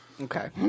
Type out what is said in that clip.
Okay